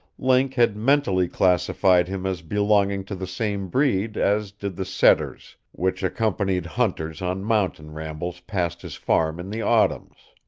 link had mentally classified him as belonging to the same breed as did the setters which accompanied hunters on mountain rambles past his farm in the autumns.